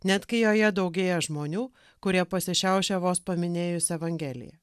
net kai joje daugėja žmonių kurie pasišiaušia vos paminėjus evangeliją